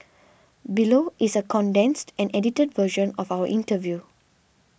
below is a condensed and edited version of our interview